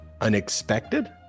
unexpected